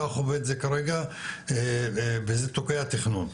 אתה חווה את זה כרגע וזה תוקע תכנון,